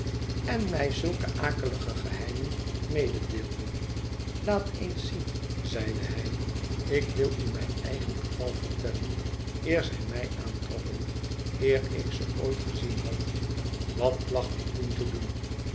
en mij zulke akelige geheimen mededeelde laat eens zien zeide zij ik wil u mijn eigen geval vertellen eer zij mij aantrokken eer ik ze ooit gezien had wat placht ik toen te doen